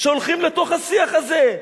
שהולכים לתוך השיח הזה.